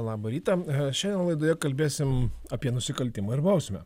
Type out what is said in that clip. labą rytą šioje laidoje kalbėsim apie nusikaltimą ir bausmę